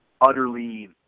utterly